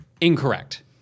incorrect